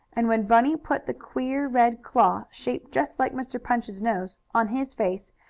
and when bunny put the queer red claw, shaped just like mr. punch's nose, on his face,